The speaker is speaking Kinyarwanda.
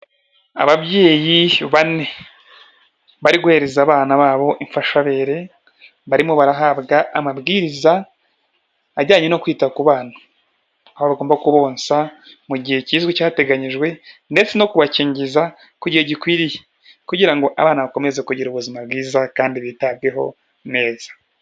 Ababyeyi bane bari guhereza abana babo imfashabere, barimo barahabwa amabwiriza ajyanye no kwita ku bana aho bagomba kubonsa mu gihe kizwi cyateganyijwe ndetse no kubakingiza ku gihe gikwiriye kugira ngo abana bakomeze kugira ubuzima bwiza kandi bitabweho neza.